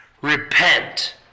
Repent